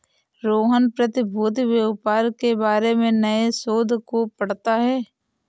रोहन प्रतिभूति व्यापार के बारे में नए शोध को पढ़ता है